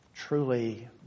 truly